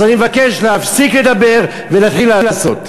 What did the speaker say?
אז אני מבקש להפסיק לדבר ולהתחיל לעשות.